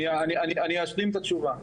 שנייה, אני אשלים את התשובה.